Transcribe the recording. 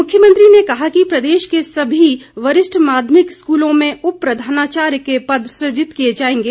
मुख्यमंत्री ने कहा कि प्रदेश के सभी वरिष्ठ माध्यमिक स्कूलों में उप प्रधानाचार्य के पद सृजित किए जाएंगे